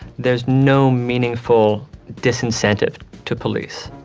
there's no meaningful disincentive to police.